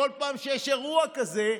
כל פעם שיש אירוע כזה,